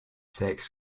sex